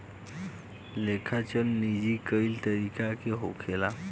लेखा चल निधी कई तरीका के होखेला